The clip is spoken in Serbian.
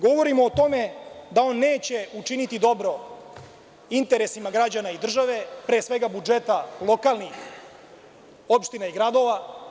Govorimo o tome da on neće učiniti dobro interesima građana i države, pre svega, budžeta lokalnih opština i gradova.